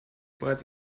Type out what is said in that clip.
bereits